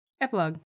Epilogue